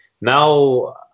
now